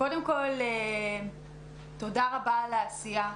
קודם כל, תודה רבה על העשייה.